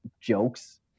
jokes